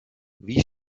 wie